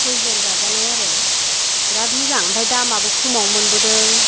सयजन जाजानाय आरो बेराद मोजां आमफाय दामाबो खमावनो मोनबोदों